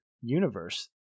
universe